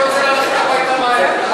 הוא כנראה רוצה ללכת הביתה מהר.